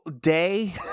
day